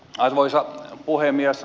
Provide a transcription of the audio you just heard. arvoisa puhemies